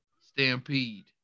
Stampede